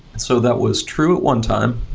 so that was true at one time,